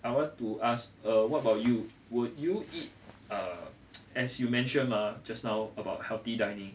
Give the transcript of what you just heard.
I want to ask err what about you would you eat err as you mentioned mah just now about healthy dining